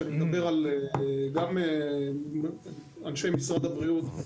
גם אנשי משרד הבריאות,